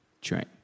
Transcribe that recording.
train